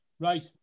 right